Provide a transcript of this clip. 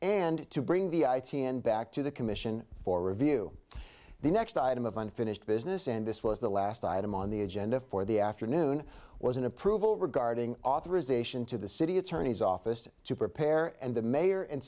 and to bring the i t n back to the commission for review the next item of unfinished business and this was the last item on the agenda for the afternoon was an approval regarding authorization to the city attorney's office to prepare and the mayor and